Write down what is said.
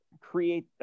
create